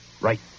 Right